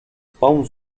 pump